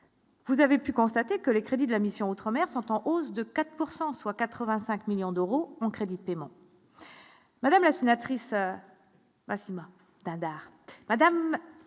Vous avez pu constater que les crédits de la mission outre-mer sont en hausse de 4 pourcent soit 85 millions d'euros on crédite dément.